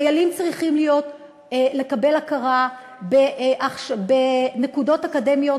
חיילים צריכים לקבל הכרה בנקודות אקדמיות